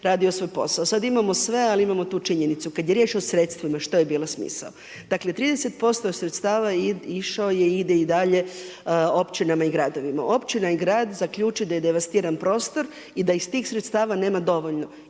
radio svoj posao. Sad imamo sve, ali imamo tu činjenicu. Kad je riječ o sredstvima što je bio smisao. Dakle, 30% sredstava išao je i ide i dalje općinama i gradovima. Općina i grad zaključi da je devastiran prostor i da iz tih sredstava nema dovoljno.